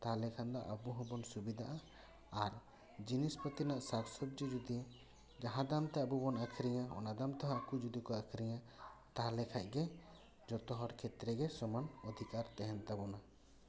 ᱛᱟᱦᱚᱞᱮ ᱠᱷᱟᱱᱫᱚ ᱟᱵᱚ ᱦᱚᱵᱚᱱ ᱥᱩᱵᱤᱫᱟᱜᱼᱟ ᱟᱨ ᱡᱤᱱᱤᱥ ᱯᱟᱹᱛᱤ ᱨᱮᱱᱟᱜ ᱥᱟᱠ ᱥᱚᱵᱽᱡᱤ ᱡᱩᱫᱤ ᱡᱟᱦᱟᱸ ᱫᱟᱢᱛᱮ ᱟᱵᱚ ᱵᱚᱱ ᱟᱹᱠᱷᱟᱹᱨᱤᱧᱟ ᱚᱱᱟ ᱫᱟᱢ ᱛᱮᱦᱚᱸ ᱟᱠᱚ ᱡᱩᱫᱤ ᱠᱚ ᱟᱹᱠᱷᱟᱹᱨᱤᱧᱟ ᱛᱟᱦᱚᱞᱮ ᱠᱷᱟᱡ ᱜᱮ ᱡᱚᱛᱚ ᱦᱚᱲ ᱠᱷᱮᱛᱨᱮ ᱜᱮ ᱥᱚᱢᱟᱱ ᱚᱫᱷᱤᱠᱟᱨ ᱛᱟᱦᱮᱱ ᱛᱟᱵᱚᱱᱟ